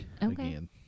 again